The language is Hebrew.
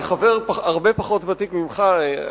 כחבר הרבה פחות ותיק ממך,